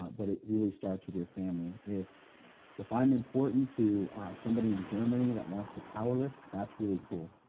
but it really starts with your family. if if i'm important to somebody in germany that wants to power lift that's really cool.